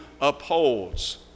upholds